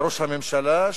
לראש הממשלה,